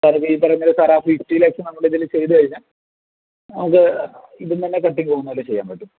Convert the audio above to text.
സാറെ ഈ പറഞ്ഞ ഒരു ഫിഫ്റ്റി ലാഖ്സ് നമ്മളെ ഇതിൽ ചെയ്തു കഴിഞ്ഞാൽ അത് ഇതിൽ നിന്ന് തന്നെ കട്ടിങ്ങ് പോകുന്നതുപോലേ ചെയ്യാൻ പറ്റും